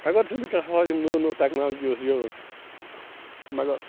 حیٚکت چھِ نہٕ کیٚنٛہہ ہا یِم نٔو نٔوٹیٚکنالوجی ٲس یہِ ٲس مگر